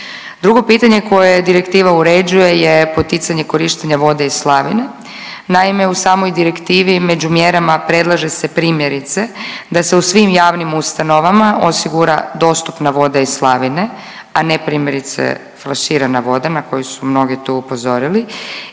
Drugo pitanje koje direktiva uređuje je poticanje korištenja vode iz slavine. Naime, u samoj direktivi među mjerama predlaže se primjerice da se u svim javnim ustanovama osigura dostupna voda iz slavine, a ne primjerice flaširana voda na koju su mnogi tu upozorili